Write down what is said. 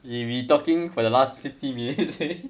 eh we talking for the last fifty minutes already